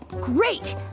Great